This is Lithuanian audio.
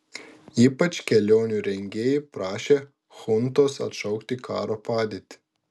ypač kelionių rengėjai prašė chuntos atšaukti karo padėtį